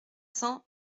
cents